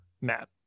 Matt